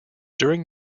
during